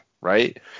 right